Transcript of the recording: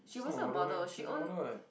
she's not a model meh she's a model [what]